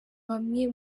bamwe